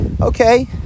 okay